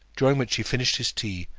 during which he finished his tea,